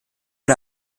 und